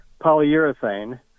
polyurethane